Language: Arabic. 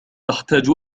تحتاج